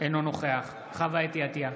אינו נוכח חוה אתי עטייה,